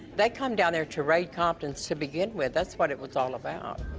they come down there to raid compton's to begin with, that's what it was all about.